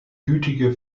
gütige